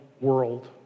world